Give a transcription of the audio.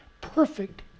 perfect